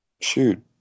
Shoot